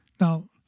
Now